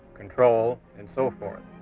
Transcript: control, and so forth.